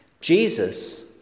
Jesus